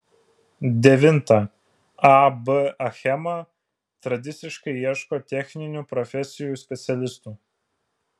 devinta ab achema tradiciškai ieško techninių profesijų specialistų